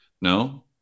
no